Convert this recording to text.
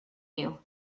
you